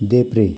देब्रे